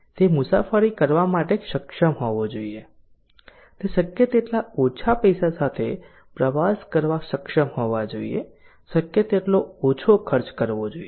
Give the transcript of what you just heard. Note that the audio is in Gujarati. તે મુસાફરી કરવા માટે સક્ષમ હોવા જોઈએ તે શક્ય તેટલા ઓછા પૈસા સાથે પ્રવાસ કરવા સક્ષમ હોવા જોઈએ શક્ય તેટલો ઓછો ખર્ચ કરવો જોઈએ